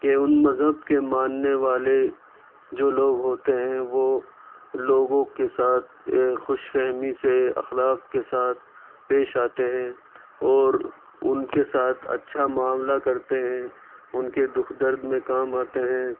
کہ اُن مذہب کے ماننے والے جو لوگ ہوتے ہیں وہ لوگوں کے ساتھ خوش فہمی سے اخلاق کے ساتھ پیش آتے ہیں اور اُن کے ساتھ اچھا معاملہ کرتے ہیں اُن کے دکھ درد میں کام آتے ہیں